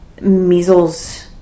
measles